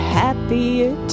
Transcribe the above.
happier